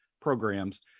programs